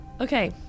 Okay